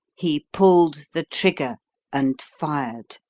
he pulled the trigger and fired.